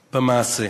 במעשה.